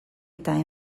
eta